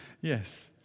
Yes